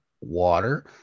water